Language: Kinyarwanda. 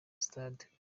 stade